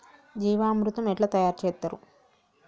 జీవామృతం ఎట్లా తయారు చేత్తరు?